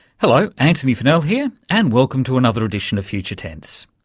hello, antony funnell here and welcome to another edition of future tense.